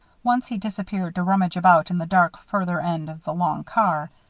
once, he disappeared to rummage about in the dark, further end of the long car.